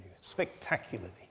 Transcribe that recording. Spectacularly